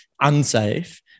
unsafe